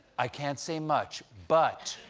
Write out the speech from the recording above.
i cant say much, but.